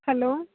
hello